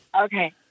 Okay